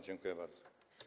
Dziękuję bardzo.